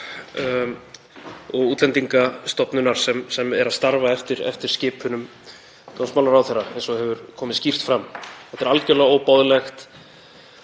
og Útlendingastofnunar sem starfar eftir skipunum dómsmálaráðherra, eins og hefur komið skýrt fram. Þetta er algjörlega óboðlegt